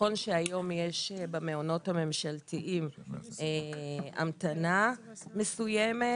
נכון שהיום יש במעונות הממשלתיים המתנה מסוימת,